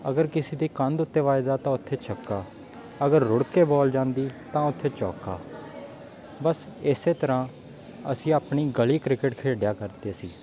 ਅਗਰ ਕਿਸੇ ਦੀ ਕੰਧ ਉੱਤੇ ਵੱਜਦਾ ਤਾਂ ਉੱਥੇ ਛੱਕਾ ਅਗਰ ਰੁੜ ਕੇ ਬੋਲ ਜਾਂਦੀ ਤਾਂ ਉੱਥੇ ਚੌਕਾ ਬਸ ਇਸ ਤਰ੍ਹਾਂ ਅਸੀਂ ਆਪਣੀ ਗਲੀ ਕ੍ਰਿਕਟ ਖੇਡਿਆ ਕਰਦੇ ਸੀ